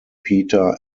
peter